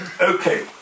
okay